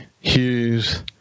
Hughes